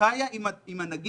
שחייה עם הנגיף.